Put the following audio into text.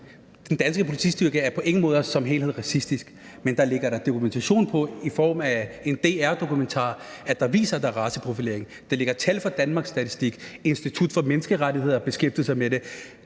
Den danske politistyrke er på ingen måde som helhed racistisk, men der ligger da dokumentation i form af en DR-dokumentar, der viser, at der er raceprofilering. Der ligger tal fra Danmarks Statistik, og Institut for Menneskerettigheder har beskæftiget sig med det.